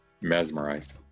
Mesmerized